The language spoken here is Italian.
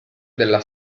della